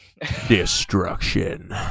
Destruction